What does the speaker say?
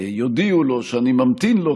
יודיעו לו שאני ממתין לו,